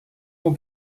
will